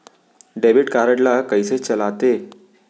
Debit card ला कइसे चलाते?